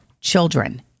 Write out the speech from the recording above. Children